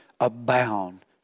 abound